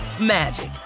magic